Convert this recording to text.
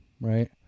right